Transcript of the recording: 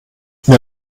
wer